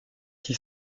qui